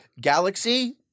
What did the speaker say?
galaxy